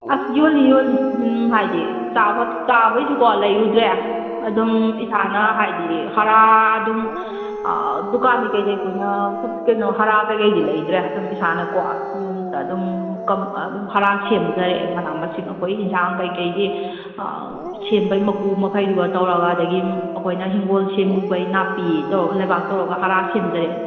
ꯑꯁ ꯌꯣꯜꯂꯤ ꯌꯣꯜꯂꯤ ꯍꯥꯏꯗꯤ ꯆꯥꯕ ꯆꯥꯕꯒꯤꯁꯨꯀꯣ ꯂꯩꯔꯨꯗ꯭ꯔꯦ ꯑꯗꯨꯝ ꯏꯁꯥꯅ ꯍꯥꯏꯗꯤ ꯍꯥꯔ ꯑꯗꯨꯝ ꯗꯨꯀꯥꯟꯗꯩ ꯀꯩꯗꯩ ꯑꯩꯈꯣꯏꯅ ꯀꯩꯅꯣ ꯍꯥꯔ ꯀꯩꯀꯩꯗꯤ ꯂꯩꯗ꯭ꯔꯦ ꯑꯗꯨꯝ ꯏꯁꯥꯅꯀꯣ ꯌꯨꯝꯗ ꯑꯗꯨꯝ ꯑꯗꯨꯝ ꯍꯥꯔ ꯁꯦꯝꯖꯔꯦ ꯃꯅꯥ ꯃꯁꯤꯡ ꯑꯩꯈꯣꯏ ꯖꯦꯟꯁꯥꯡ ꯀꯩꯀꯩꯒꯤ ꯁꯦꯝꯕꯒꯤ ꯃꯀꯨ ꯃꯈꯩꯗꯨꯒ ꯇꯧꯔꯒ ꯑꯗꯨꯗꯒꯤ ꯑꯩꯈꯣꯏꯅ ꯏꯪꯈꯣꯜ ꯁꯦꯡꯉꯨꯕꯒꯤ ꯅꯥꯄꯤ ꯇꯧꯔꯒ ꯂꯩꯕꯥꯛ ꯇꯧꯔꯒ ꯍꯥꯔ ꯁꯦꯝꯖꯔꯦ